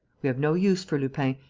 we have no use for lupin,